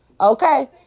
okay